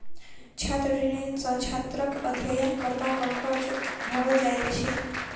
छात्र ऋण सॅ छात्रक अध्ययन करबाक खर्च भरल जाइत अछि